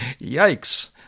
yikes